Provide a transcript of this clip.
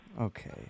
Okay